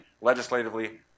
legislatively